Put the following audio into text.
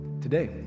Today